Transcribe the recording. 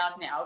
now